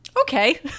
Okay